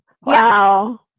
wow